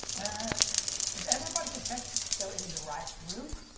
and if everybody can check they're in the right room.